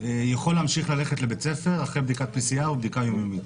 יכול להמשיך ללכת לבית ספר אחרי בדיקת PCR ובדיקה יומיומית,